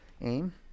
Aim